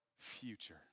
future